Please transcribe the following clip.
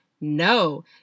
No